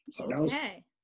Okay